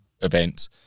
events